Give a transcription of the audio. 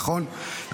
נכון?